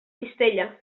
cistella